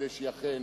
כדי שהיא אכן